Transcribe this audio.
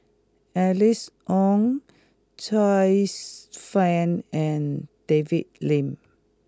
Alice Ong Joyce Fan and David Lim